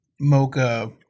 mocha